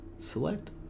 select